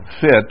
fit